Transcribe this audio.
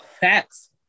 Facts